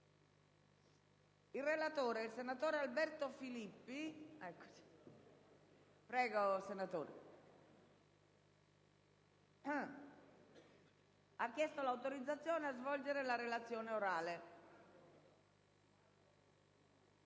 senatore Bettamio, ha chiesto l'autorizzazione a svolgere la relazione orale.